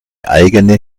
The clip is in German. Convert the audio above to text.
eigene